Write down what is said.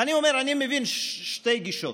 ואני אומר: אני מבין שתי גישות.